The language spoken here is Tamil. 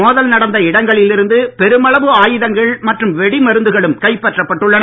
மோதல் நடந்த இடங்களில் இருந்து பெருமளவு ஆயுதங்கள் மற்றும் வெடிமருந்துகளும் கைப்பற்றப் பட்டுள்ளன